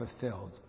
fulfilled